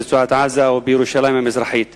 ברצועת-עזה או בירושלים המזרחית.